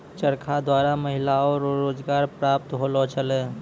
चरखा द्वारा महिलाओ रो रोजगार प्रप्त होलौ छलै